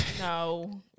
No